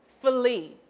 flee